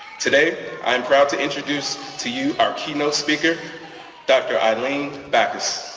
today i am proud to introduce to you our keynote speaker dr. eileen baccus.